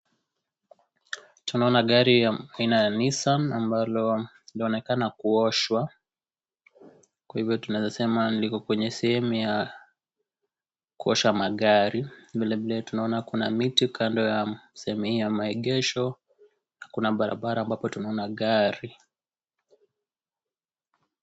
Tunaona gari ya aina ya Nissan, ambalo linaonekana kuoshwa, kwa hivyo tunaezasema liko kwenye sehemu ya kuosha magari. Vile vile tunaona kuna miti kando ya sehemu hii ya maegesho, na barabara ambapo tunaona gari.